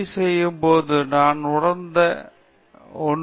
D செய்யும் போது நான் உணர்ந்த ஒன்று